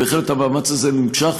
בהחלט, המאמץ הזה נמשך.